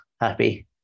happy